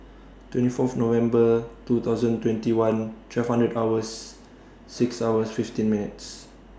twenty Fourth November two thousand twenty one twelve hundred hours six hours fifteen minutes